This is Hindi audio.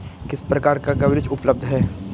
किस प्रकार का कवरेज उपलब्ध है?